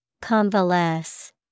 Convalesce